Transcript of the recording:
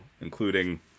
including